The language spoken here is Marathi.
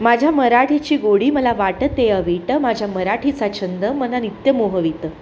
माझ्या मराठीची गोडी मला वाटते अवीट माझ्या मराठीचा छंद मना नित्य मोहवीत